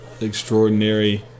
extraordinary